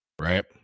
Right